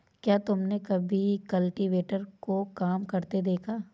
क्या तुमने कभी कल्टीवेटर को काम करते देखा है?